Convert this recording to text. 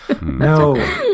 no